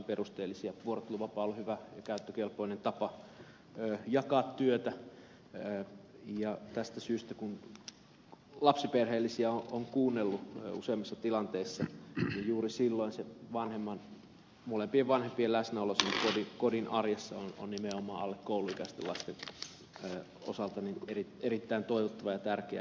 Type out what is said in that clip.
vuorotteluvapaa on ollut hyvä ja käyttökelpoinen tapa jakaa työtä ja kun lapsiperheellisiä on kuunnellut useammissa tilanteissa niin juuri silloin se vanhemman molempien vanhempien läsnäolo kodin arjessa on nimenomaan alle kouluikäisten lasten osalta erittäin toivottavaa ja tärkeää